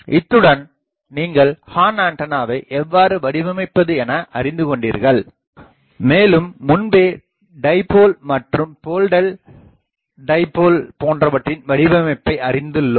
இத்துடன் நீங்கள் ஹார்ன் ஆண்டனாவை எவ்வாறு வடிவமைப்பது என அறிந்துகொண்டீர்கள் மேலும் முன்பே டைபோல் மற்றும் போல்டட் டைபோல் போன்றவற்றின் வடிவமைப்பை அறிந்துள்ளோம்